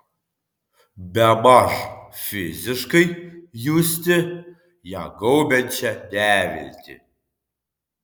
bemaž fiziškai justi ją gaubiančią neviltį